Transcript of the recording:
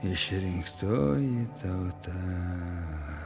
išrinktoji tauta